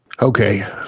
Okay